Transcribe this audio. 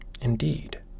Indeed